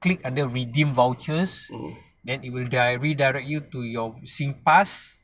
click under redeem vouchers then it will redirect you to your singpass